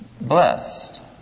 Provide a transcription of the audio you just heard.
blessed